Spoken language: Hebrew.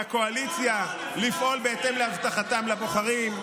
מהקואליציה לפעול בהתאם להבטחתם לבוחרים,